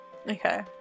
Okay